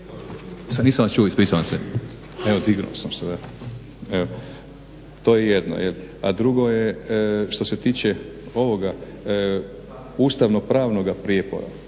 nisam vas čuo, ispričavam se. To je jedno. A drugo je što se tiče ovoga ustavno pravnog prijepora.